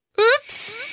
Oops